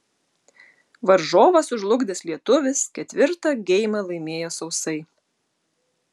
varžovą sužlugdęs lietuvis ketvirtą geimą laimėjo sausai